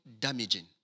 damaging